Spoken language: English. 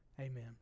Amen